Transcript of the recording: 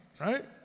right